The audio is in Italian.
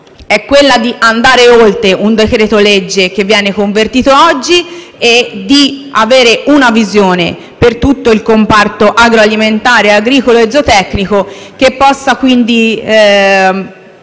è questa: andare oltre il decreto-legge che viene convertito oggi e avere una visione per tutto il comparto agroalimentare, agricolo e zootecnico che possa dare